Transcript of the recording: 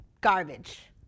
garbage